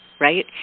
right